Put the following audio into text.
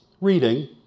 reading